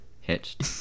hitched